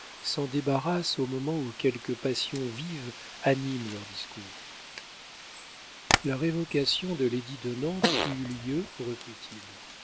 s'en débarrassent au moment où quelque passion vive anime leur discours la révocation de l'édit de nantes eut lieu